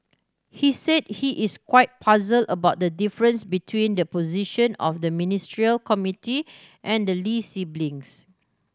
he said he is quite puzzled about the difference between the position of the Ministerial Committee and the Lee siblings